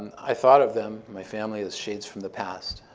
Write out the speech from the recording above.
i thought of them, my family, as shades from the past.